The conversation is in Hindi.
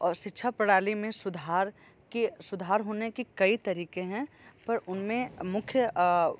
और शिक्षा प्रणाली में सुधार के सुधार होने के कई तरीके हैं पर उनमें मुख्य